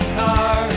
car